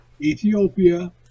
Ethiopia